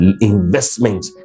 investment